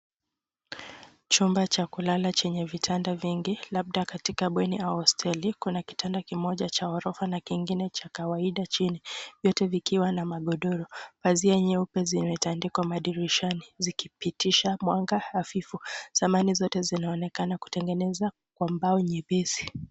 Chumba cha kulala chenye vitanda vingi labda katika bweni au hosteli. Kuna kitanda kimoja cha ghorofa na kingine cha kawaida chini, vyote vikiwa na magodoro. Pazia nyeupe zimetandikwa madirishani zikipitisha mwanga hafifu. Samani zote zinaonekana kutengeneza kwa mbao nyepesi.